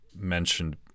mentioned